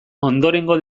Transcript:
ondorengo